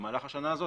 במהלך השנה הזאת